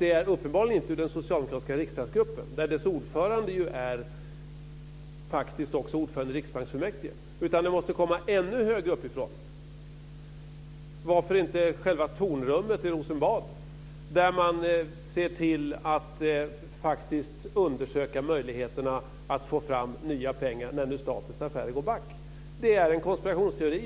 det uppenbarligen inte kommer från den socialdemokratiska riksdagsgruppen, vars ordförande ju också är ordförande i riksbanksfullmäktige, utan det måste komma ännu högre uppifrån. Varför inte från själva tornrummet i Rosenbad där man ser till att faktiskt undersöka möjligheterna att få fram nya pengar när nu statens affärer går back? Det är en konspirationsteori.